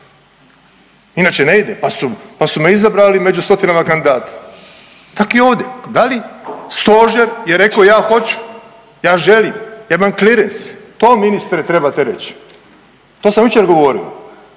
inače ne ide. Pa su me izabrali među stotinama kandidata. Tako i ovdje. Da li stožer je rekao ja hoću? Ja želim? Ja imam clerens? To ministre trebate reći. To sam jučer govorio.